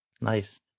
Nice